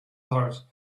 heart